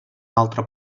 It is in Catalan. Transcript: altre